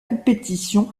compétition